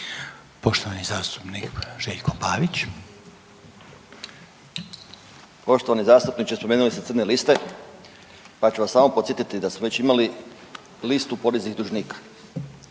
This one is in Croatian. Pavić. **Pavić, Željko (Nezavisni)** Poštovani zastupniče, spomenuli ste crne liste, pa ću vas samo podsjetiti da smo već imali listu poreznih dužnika.